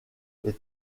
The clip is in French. les